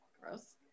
Gross